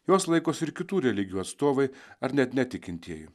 jos laikosi ir kitų religijų atstovai ar net netikintieji